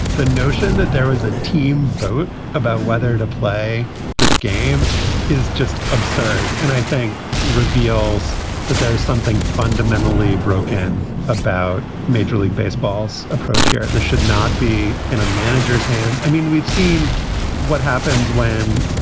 the notion that there is a team vote about whether to play this game is just absurd. and i think reveals that there is something fundamentally broken about major league baseball's approach here. there should not be in a manager's hands. i mean, we've seen what happens when,